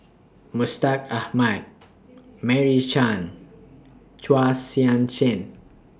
Mustaq Ahmad Meira Chand Chua Sian Chin